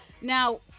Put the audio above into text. Now